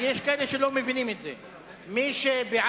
כי יש כאלה שלא מבינים את זה: מי שבעד,